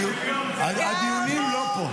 הדיונים, לא פה.